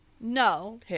No